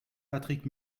patrick